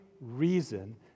reason